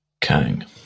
Kang